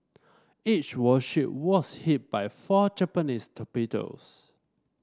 each warship was hit by four Japanese torpedoes